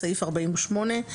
בסעיף 48,